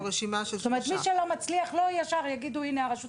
זאת אומרת מי שלא מצליח ישר יגידו הנה הרשות